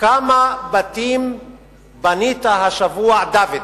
כמה בתים בנית השבוע, דוד?